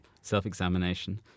self-examination